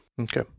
Okay